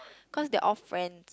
cause they're all friend